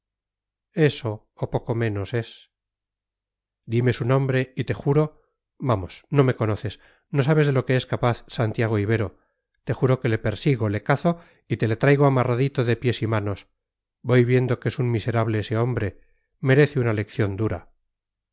eso o poco menos es dime su nombre y te juro vamos no me conoces no sabes de lo que es capaz santiago ibero te juro que le persigo le cazo y te le traigo amarradito de pies y manos voy viendo que es un miserable ese hombre merece una lección dura